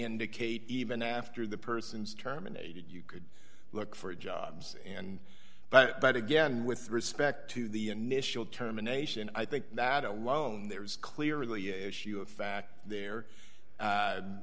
indicate even after the person's terminated you could look for jobs and but again with respect to the initial determination i think that alone there is clearly a issue of fact there